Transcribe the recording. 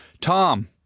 Tom